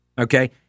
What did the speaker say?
Okay